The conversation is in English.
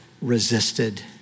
resisted